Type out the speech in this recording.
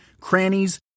crannies